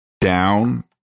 down